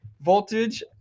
Voltage